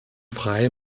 frei